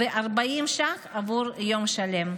ו-40 ש"ח עבור יום שלם.